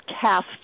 cast